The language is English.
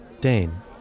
Dane